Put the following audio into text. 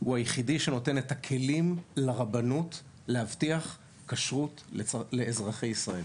הוא היחידי שנותן את הכלים לרבנות להבטיח כשרות לאזרחי ישראל,